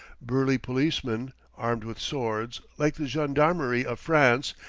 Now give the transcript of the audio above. burly policemen, armed with swords, like the gendarmerie of france,